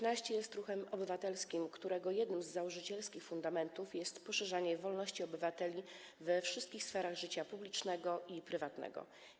Klub Kukiz’15 jest ruchem obywatelskim, którego jednym z założycielskich fundamentów jest poszerzanie wolności obywateli we wszystkich sferach życia publicznego i prywatnego.